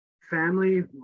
family